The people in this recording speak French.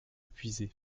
épuisé